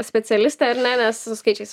specialistė ar ne nes su skaičiais